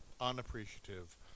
unappreciative